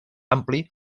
ampli